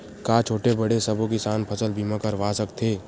का छोटे बड़े सबो किसान फसल बीमा करवा सकथे?